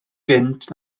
gynt